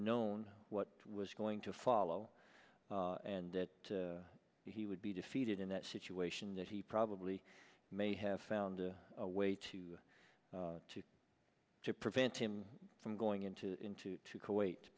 known what was going to follow and that he would be defeated in that situation that he probably may have found a way to try to prevent him from going into into to kuwait